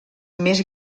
més